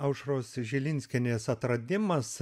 aušros žilinskienės atradimas